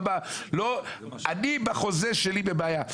אני בחוזה שלי בבעיה.